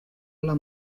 alla